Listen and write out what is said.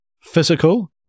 physical